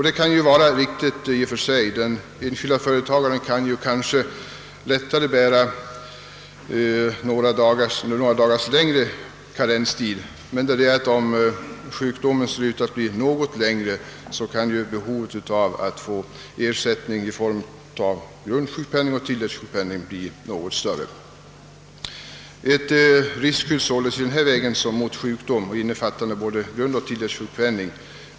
Det är kanske riktigt att en enskild företagare har möjlighet att klara sig under något längre karenstid, men om sjukdomen ser ut att bli långvarig, kan behovet av att få ersättning i form av grundsjukpenning och tilläggssjukpenning vara mycket stort. Det är väl styrkt att företagarna har behov av ett skydd mot sjukdom, innefattande både grundoch tilläggssjukpenning.